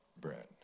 bread